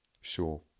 Sure